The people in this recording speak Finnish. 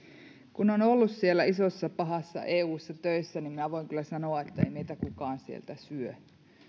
kun on ollut siellä isossa pahassa eussa töissä niin minä voin kyllä sanoa että ei meitä kukaan sieltä syö